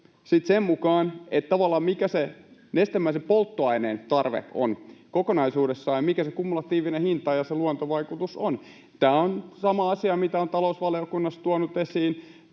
sen mukaan, mikä on tavallaan se nestemäisen polttoaineen tarve kokonaisuudessaan ja mikä on sen kumulatiivinen hinta ja mikä luontovaikutus. Tämä on sama asia kuin mitä olen talousvaliokunnassa tuonut esiin.